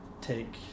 take